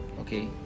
Okay